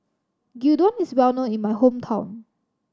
gyudon is well known in my hometown